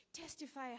Testify